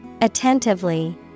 Attentively